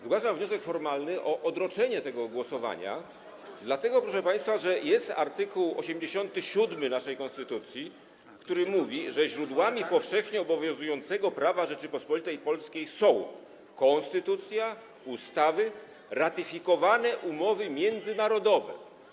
Zgłaszam wniosek formalny o odroczenie tego głosowania, dlatego że jest, proszę państwa, art. 87 naszej konstytucji, który mówi, że źródłami powszechnie obowiązującego prawa Rzeczypospolitej Polskiej są konstytucja, ustawy, ratyfikowane umowy międzynarodowe.